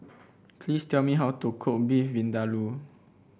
please tell me how to cook Beef Vindaloo